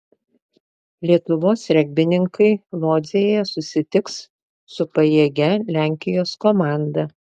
lietuvos regbininkai lodzėje susitiks su pajėgia lenkijos komanda